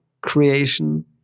creation